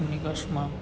નિકાસમાં